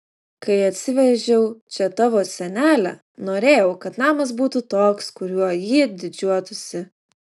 kai atsivežiau čia tavo senelę norėjau kad namas būtų toks kuriuo jį didžiuotųsi